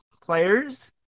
players